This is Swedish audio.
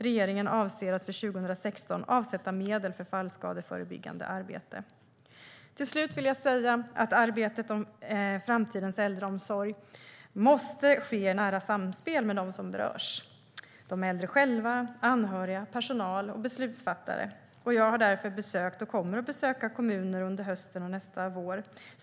Regeringen avser att för 2016 avsätta medel för fallskadeförebyggande arbete. Avslutningsvis vill jag säga att arbetet med framtidens äldreomsorg måste ske i nära samspel med dem som berörs - de äldre själva, anhöriga, personal och beslutsfattare. Jag har därför besökt och kommer att besöka kommuner under hösten och nästa vår.